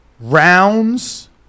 rounds